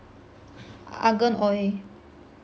argan oil